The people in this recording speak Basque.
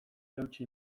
eutsi